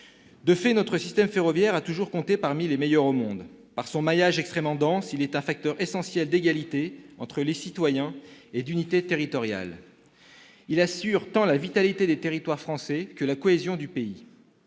De fait, notre système ferroviaire a toujours compté parmi les meilleurs au monde. Par son maillage extrêmement dense, il est un facteur essentiel d'égalité entre les citoyens et d'unité territoriale. Il assure tant la vitalité des territoires français que la cohésion du pays.